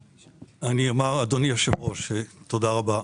אדוני היושב-ראש, תודה רבה.